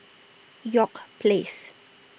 York Place